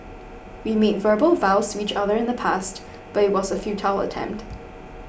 we made verbal vows to each other in the past but it was a futile attempt